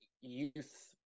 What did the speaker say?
youth